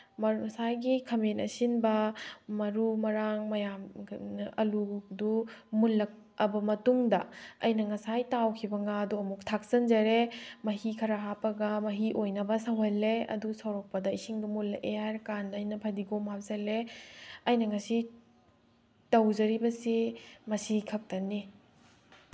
ꯉꯁꯥꯏꯒꯤ ꯈꯥꯃꯦꯟ ꯑꯁꯤꯟꯕ ꯃꯔꯨ ꯃꯔꯥꯡ ꯃꯌꯥꯝ ꯑꯥꯜꯂꯨꯗꯨ ꯃꯨꯜꯂꯛꯑꯕ ꯃꯇꯨꯡꯗ ꯑꯩꯅ ꯉꯁꯥꯏ ꯇꯥꯎꯈꯤꯕ ꯉꯥꯗꯣ ꯑꯃꯨꯛ ꯊꯥꯛꯆꯤꯟꯖꯔꯦ ꯃꯍꯤ ꯈꯔ ꯍꯥꯞꯄꯒ ꯃꯍꯤ ꯑꯣꯏꯅꯕ ꯁꯧꯍꯜꯂꯦ ꯑꯗꯨ ꯁꯧꯔꯛꯄꯗ ꯏꯁꯤꯡꯗꯣ ꯃꯨꯜꯂꯛꯑꯦ ꯍꯥꯏꯔꯀꯥꯟꯗ ꯑꯩꯅ ꯐꯗꯤꯒꯣꯝ ꯍꯥꯞꯆꯤꯜꯂꯦ ꯑꯩꯅ ꯉꯁꯤ ꯇꯧꯖꯔꯤꯕꯁꯤ ꯃꯁꯤ ꯈꯛꯇꯅꯤ